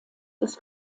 des